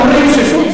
אפשר.